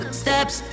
steps